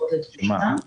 לפחות לתחושתם.